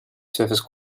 surface